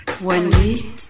Wendy